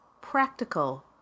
practical